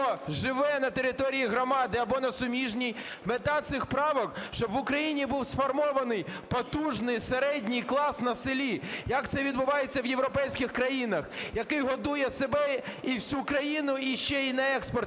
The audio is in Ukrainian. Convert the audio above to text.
живе на території громади або на суміжній. Мета цих правок: щоб в Україні був сформований потужний середній клас на селі, як це відбувається в європейських країнах, який годують себе і всю країну, і ще на експорт